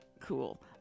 cool